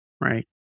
right